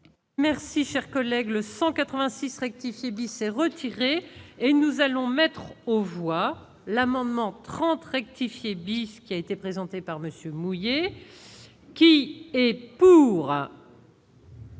Merci, cher collègue, le 186 rectifier Bissey retiré et nous allons mettre on voit l'amendement 30 rectifier bis qui a été présenté par Monsieur mouillé qui est pour.